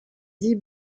dix